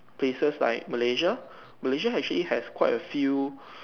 places like Malaysia Malaysia actually has quite a few